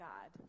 God